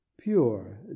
pure